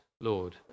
Lord